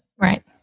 Right